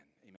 amen